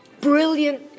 Brilliant